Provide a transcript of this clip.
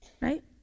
right